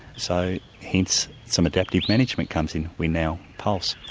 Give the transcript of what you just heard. so hence some adaptive management comes in. we now pulse.